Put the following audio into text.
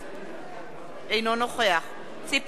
נגד ציפי לבני,